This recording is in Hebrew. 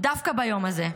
דווקא ביום הזה,